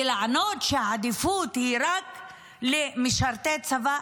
ולענות שעדיפות היא רק למשרתי צבא,